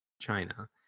China